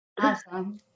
Awesome